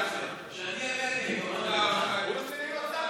כשאני אעלה אני אגיד מה אני רוצה.